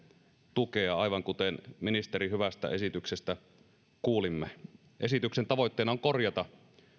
tukea aivan kuten ministerin hyvästä esityksestä kuulimme esityksen tavoitteena on korjata